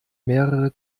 mehrere